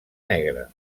negra